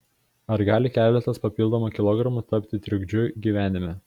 ar gali keletas papildomų kilogramų tapti trukdžiu gyvenime